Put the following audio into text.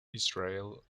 israel